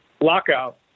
lockout